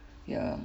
ya